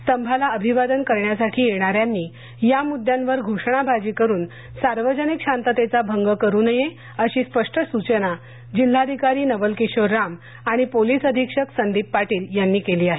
स्तंभाला अभिवादन करण्यासाठी येणाऱ्यांनी या मुद्द्यांवर घोषणाबाजी करुन सार्वजनिक शांततेचा भंग करू नये अशी स्पष्ट सूचना जिल्हाधिकारी नवल किशोर राम आणि पोलीस अधीक्षक संदीप पाटील यांनी केली आहे